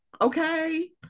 okay